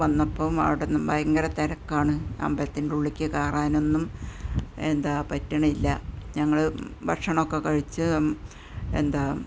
വന്നപ്പോൾ അവിടെ ഭയങ്കര തിരക്കാണ് അമ്പലത്തിന്റെ ഉള്ളിലേക്ക് കയറാനൊന്നും എന്താ പറ്റണില്ല ഞങ്ങൾ ഭക്ഷണമൊക്കെ കഴിച്ച് എന്താ